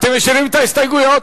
אתם משאירים את ההסתייגויות?